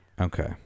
Okay